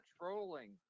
trolling